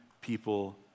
people